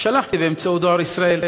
שלחתי באמצעות דואר ישראל,